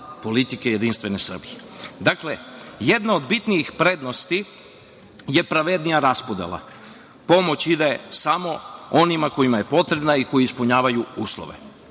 politike Jedinstvene Srbije. Dakle, jedna od bitnijih prednosti je pravednija raspodela. Pomoć ide samo onima kojima je potrebna i ko ispunjava uslove. Ova